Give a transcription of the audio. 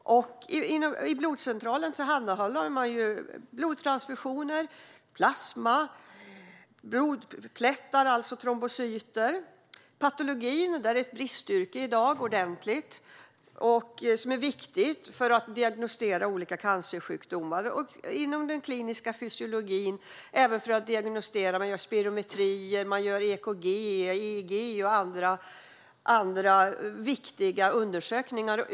På blodcentralen tillhandahåller man blodtransfusioner, plasma och blodplättar, alltså trombocyter. Inom patologin är detta ett bristyrke i dag. Där behövs biomedicinska analytiker för att diagnostisera olika cancersjukdomar. Inom den kliniska fysiologin gör man också spirometrier, tar EKG, EEG och gör andra viktiga undersökningar.